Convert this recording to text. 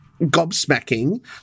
gobsmacking